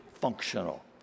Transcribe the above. functional